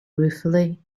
ruefully